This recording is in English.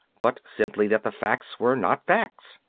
but simply that the facts were not facts.